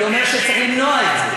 אני אומר שצריך למנוע את זה.